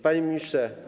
Panie Ministrze!